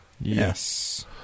Yes